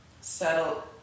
Settle